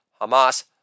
Hamas